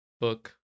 book